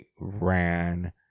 ran